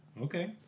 Okay